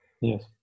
Yes